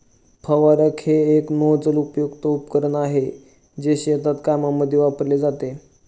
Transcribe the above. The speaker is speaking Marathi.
फवारक हे एक नोझल युक्त उपकरण आहे, जे शेतीच्या कामांमध्ये वापरले जाते